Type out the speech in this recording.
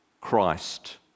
Christ